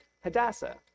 Hadassah